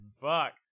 Fuck